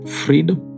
freedom